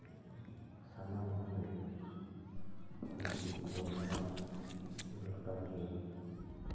ᱥᱟᱱᱟᱢ ᱦᱚᱲᱜᱮ ᱚᱞᱪᱤᱠᱤ ᱫᱚ ᱵᱟᱲᱟᱭ ᱫᱚᱨᱠᱟᱨ ᱜᱮᱭᱟ